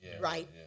right